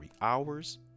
hours